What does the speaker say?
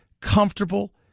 comfortable